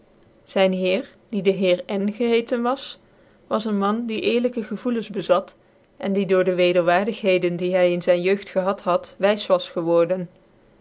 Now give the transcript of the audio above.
zyn heer die de heer n gehecten was was een min die cerlykc gevoelens bczadt cn die door de wederwaardigheden die hy in zyn jeugd gehad haddc wys was geworden